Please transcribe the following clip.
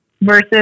Versus